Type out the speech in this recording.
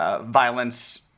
Violence